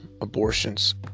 abortions